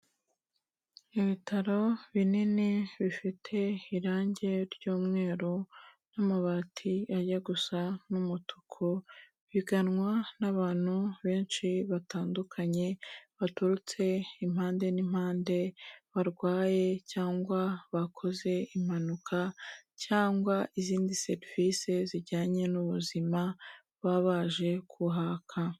Ibitaro binini bifite irangi ry'umweru n'amabati ajya gusa n'umutuku, biganwa n'abantu benshi batandukanye, baturutse impande n'impande barwaye cyangwa bakoze impanuka, cyangwa izindi serivisi zijyanye n'ubuzima baba baje kuhaka.